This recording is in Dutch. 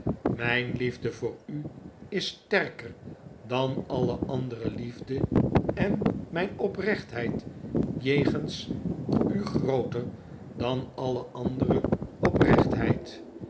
mijne liefde voor u is sterker dan alle andere liefde en rape oprechtheid jegens u grooter dan alle andere oprechtheid